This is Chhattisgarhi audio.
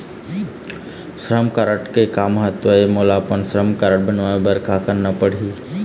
श्रम कारड के का महत्व हे, मोला अपन श्रम कारड बनवाए बार का करना पढ़ही?